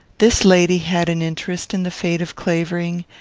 this lady had an interest in the fate of clavering,